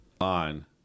on